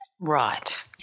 Right